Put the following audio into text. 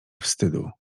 wstydu